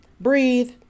Breathe